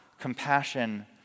compassion